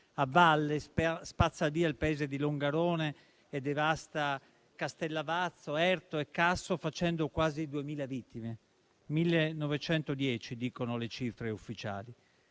a valle, spazza via il paese di Longarone e devasta Castellavazzo, Erto e Casso, facendo quasi 2.000 vittime (1.910 dicono le cifre ufficiali).